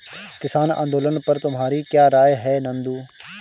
किसान आंदोलन पर तुम्हारी क्या राय है नंदू?